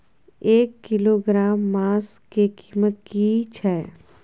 एक किलोग्राम मांस के कीमत की छै?